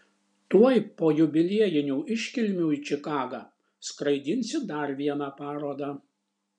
tuoj po jubiliejinių iškilmių į čikagą skraidinsi dar vieną parodą